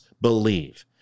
believe